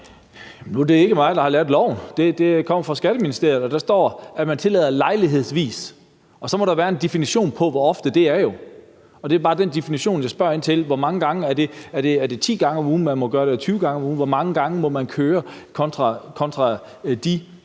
nu er det ikke mig, der har lavet lovforslaget, det kommer fra Skatteministeriet, og der står, at man tillader det lejlighedsvis, og så må der jo være en definition på, hvor ofte det er. Og det er bare den definition, jeg spørger ind til, altså hvor mange gange det er. Er det 10 gange om ugen, man må gøre det, eller er det 20 gange om ugen? Hvor mange gange må man køre kontra